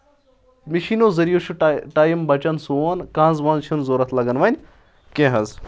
مشیٖنو ذٔریعہٕ چھُ ٹای ٹایم بَچان سون کنٛز ونٛز چھِنہٕ ضرورَت لگان وۄنۍ کیٚنٛہہ حظ